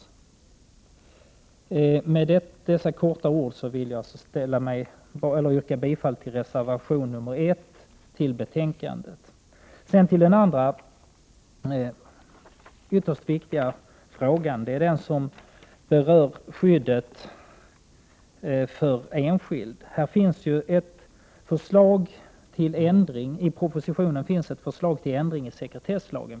Med dessa få ord vill jag yrka bifall till reservation nr 1 till betänkandet. Sedan till den andra, ytterst viktiga frågan. Det är den som berör skyddet för enskild. I propositionen finns ett förslag till ändring i sekretesslagen.